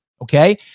Okay